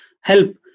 help